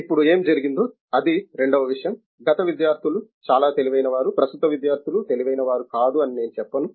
ఇప్పుడు ఏమి జరిగిందో అది రెండవ విషయం గత విద్యార్థులు చాలా తెలివైనవారు ప్రస్తుత విద్యార్థులు తెలివైనవారు కాదు అని నేను చేప్పను